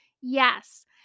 Yes